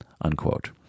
unquote